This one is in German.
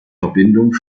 verbindung